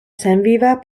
senviva